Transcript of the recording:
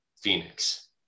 Phoenix